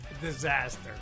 Disaster